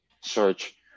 search